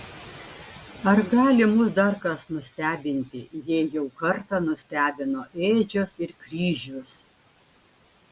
ar gali mus dar kas nustebinti jei jau kartą nustebino ėdžios ir kryžius